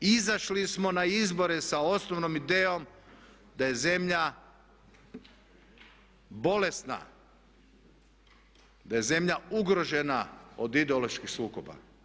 Izašli smo na izbore sa osnovnom idejom da je zemlja bolesna, da je zemlja ugrožena od ideoloških sukoba.